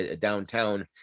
downtown